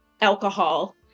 alcohol